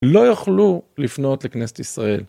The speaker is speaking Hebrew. לא יוכלו לפנות לכנסת ישראל.